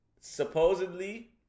Supposedly